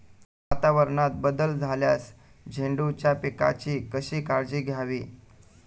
वातावरणात बदल झाल्यास झेंडूच्या पिकाची कशी काळजी घ्यावी?